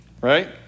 right